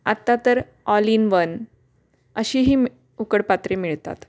आत्ता तर all in one अशीही मि उकड पात्रे मिळतात